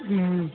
हूँ